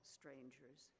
strangers